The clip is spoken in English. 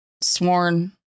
sworn